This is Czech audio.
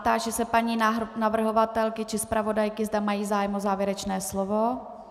Táži se paní navrhovatelky či zpravodajky, zda mají zájem o závěrečné slovo.